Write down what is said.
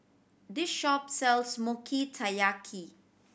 this shop sells Mochi Taiyaki